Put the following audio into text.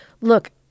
Look